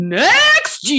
next